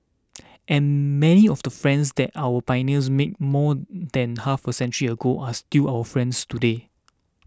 and many of the friends that our pioneers made more than half a century ago are still our friends today